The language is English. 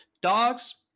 dogs